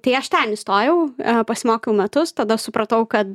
tai aš ten įstojau pasimokiau metus tada supratau kad